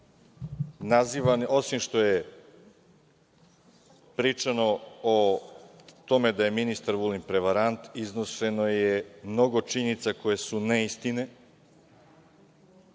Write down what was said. nešto, osim što je pričano o tome da je ministar Vulin prevarant, iznošeno je mnogo činjenica koje su neistine.